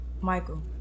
Michael